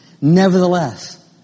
Nevertheless